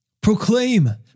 Proclaim